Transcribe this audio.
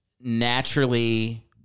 naturally